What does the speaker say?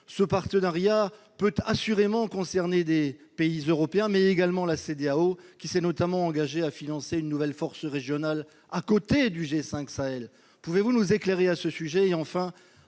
», qui peut assurément concerner des pays européens, mais également la Cédéao, laquelle s'est notamment engagée à financer une nouvelle force régionale à côté du G5 Sahel : pouvez-vous nous éclairer à ce sujet ? Enfin,